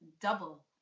double